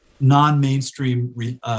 non-mainstream